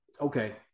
okay